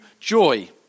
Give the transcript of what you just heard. Joy